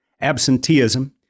absenteeism